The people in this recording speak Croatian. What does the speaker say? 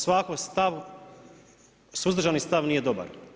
Svaki suzdržani stav nije dobar.